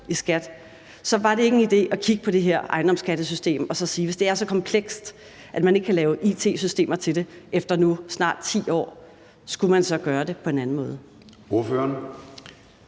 Så var det ikke en idé at kigge på det her ejendomsskattesystem og sige, at hvis det er så komplekst, at man ikke kan lave it-systemer til det efter nu snart 10 år, så skulle man gøre det på en anden måde?